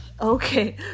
Okay